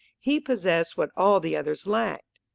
he possessed what all the others lacked.